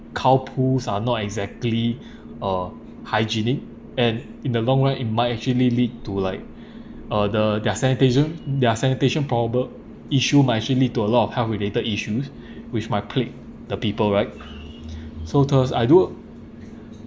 cow poos are not exactly uh hygienic and in the long run in might actually lead to like uh the their sanitation their sanitation problem issue might actually lead to a lot of health related issues which might plague the people right so thus I don't